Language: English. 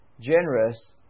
generous